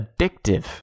addictive